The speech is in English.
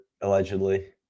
allegedly